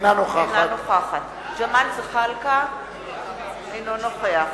- אינה נוכחת ג'מאל זחאלקה - אינו נוכח